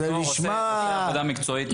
סגן יו"ר עושה עבודה מקצועית במל"ג,